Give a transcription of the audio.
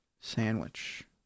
sandwich